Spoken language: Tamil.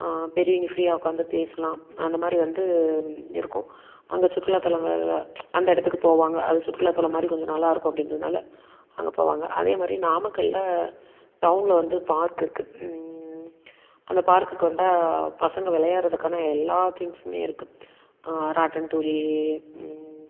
பெரியவங்க ஃப்ரீயாக உட்காந்து பேசலாம் அந்த மாதிரி வந்து இருக்கும் அங்கே சுற்றுலாத் தலங்களில் அந்த இடத்துக்கு போவாங்க அது சுற்றுலாத்தில் மாதிரி கொஞ்சம் நல்லா இருக்கும் அப்படின்றதுனால அங்கே போவாங்க அதே மாதிரி நாமக்கலில் டவுனில் வந்து பார்க் இருக்குது அந்த பார்க்குக்கு வந்தால் பசங்க விளையாட்றதுக்கான எல்லா திங்க்ஸ்ஸுமே இருக்குது ராட்டனத்தூரி